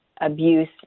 abuse